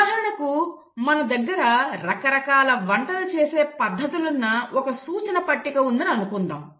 ఉదాహరణకి మన దగ్గర రకరకాల వంటల చేసే పద్ధతులున్న ఒక సూచన పట్టిక ఉందని అనుకుందాం